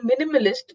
minimalist